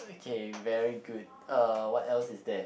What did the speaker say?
okay very good uh what else is there